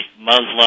Muslim